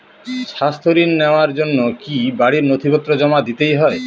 স্বাস্থ্য ঋণ নেওয়ার জন্য কি বাড়ীর নথিপত্র জমা দিতেই হয়?